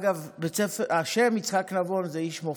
אגב, יצחק נבון זה איש מופת.